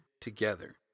together